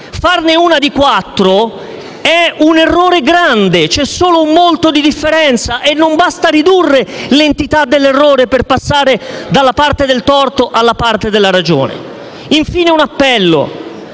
farne una di quattro mesi è un errore grande (c'è solo un «molto» di differenza). Non basta ridurre l'entità dell'errore per passare dalla parte del torto a quella della ragione. Infine, lancio un appello.